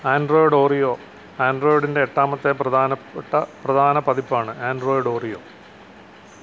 Android Oreo ആൻഡ്രോയിഡിന്റെ എട്ടാമത്തെ പ്രധാനപെട്ട പ്രധാന പതിപ്പാണ് ആൻഡ്രോയിഡ് ഓറിയോ